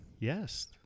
Yes